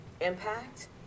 impact